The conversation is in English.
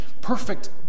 perfect